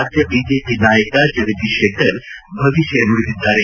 ರಾಜ್ಯ ಬಿಜೆಪಿ ನಾಯಕ ಜಗದೀಶ್ ಶೆಟ್ಟರ್ ಭವಿಷ್ಯ ನುಡಿದಿದ್ದಾರೆ